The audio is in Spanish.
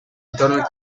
entorno